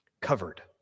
covered